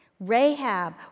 Rahab